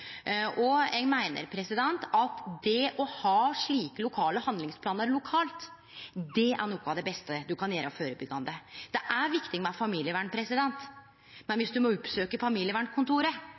av. Eg meiner at det å ha slike lokale handlingsplanar er noko av det beste ein kan gjere førebyggjande. Det er viktig med familievern, men mykje skulle kanskje ha skjedd før ein måtte oppsøkje familievernkontoret.